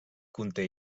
conté